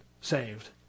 saved